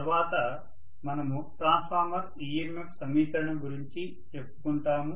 తర్వాత మనము transformer EMF సమీకరణం గురించి చెప్పుకుంటాము